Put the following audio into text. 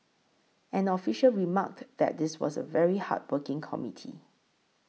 an official remarked that this was a very hardworking committee